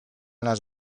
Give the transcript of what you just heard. las